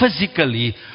physically